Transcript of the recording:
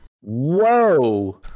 Whoa